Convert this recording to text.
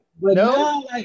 No